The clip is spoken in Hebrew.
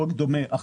יש